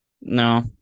no